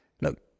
look